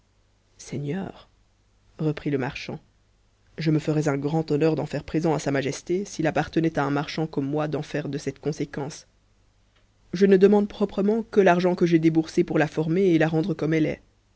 seigneur reprit le marchand je me ferais un grand bon neurd'en faire présent à sa majesté s'il appartenait à un marchand comme moi d'en faire de cette conséquence je ne demande propremebt que l'argent que j'ai déboursé pour la former et la rendre comme elle est